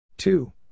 Two